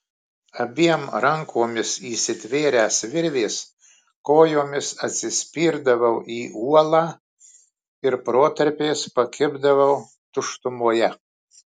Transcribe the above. abiem rankomis įsitvėręs virvės kojomis atsispirdavau į uolą ir protarpiais pakibdavau tuštumoje